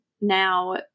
now